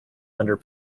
under